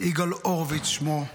יגאל הורביץ שמו.